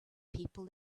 people